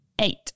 Eight